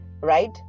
Right